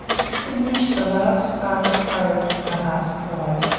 extinguished the last spark of courage in the heart of hyde.